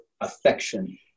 affection